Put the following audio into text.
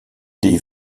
des